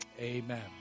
Amen